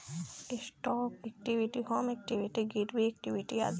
stock equity, home equity, गिरवी equity आदि